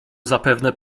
zapewne